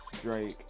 Drake